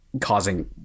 causing